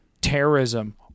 terrorism